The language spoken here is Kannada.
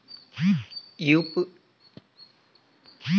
ಯು.ಪಿ.ಐ ನ ಉಪಯೋಗ ಮಾಡಿಕೊಂಡು ಮಾಡೋ ಖರ್ಚುಗಳ ಬಗ್ಗೆ ನನಗೆ ಮೆಸೇಜ್ ಬರುತ್ತಾವೇನ್ರಿ?